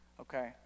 okay